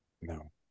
No